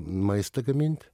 maistą gamint